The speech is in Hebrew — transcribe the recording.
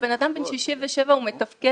בן אדם בן 67, הוא מתפקד,